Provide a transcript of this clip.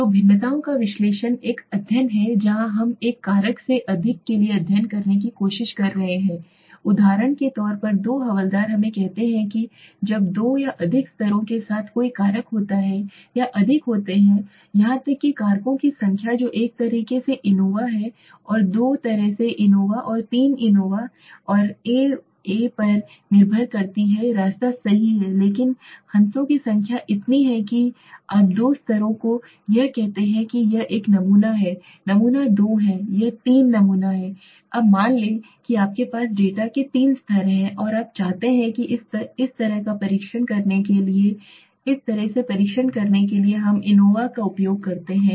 तो भिन्नताओं का विश्लेषण एक अध्ययन है जहां हम एक कारक से अधिक के लिए अध्ययन करने की कोशिश कर रहे हैं उदाहरण के लिए दो हवलदार हमें कहते हैं कि जब दो या अधिक स्तरों के साथ कोई कारक होता है या अधिक होते हैं यहां तक कि कारकों की संख्या जो एक तरह से एनोवा और दो तरह से एनोवा और तीन एनोवा और एन पर निर्भर करती है रास्ता सही है लेकिन हंसों की संख्या इतनी है कि आप दो स्तरों को यह कहते हैं कि यह एक नमूना है नमूना दो है यह तीन नमूना है अब मान लें कि आपके पास डेटा के तीन स्तर हैं और आप चाहते हैं इस तरह का परीक्षण करने के लिए इस तरह के परीक्षण में हम एनोवा का उपयोग करते हैं